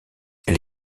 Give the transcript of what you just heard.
elle